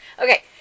Okay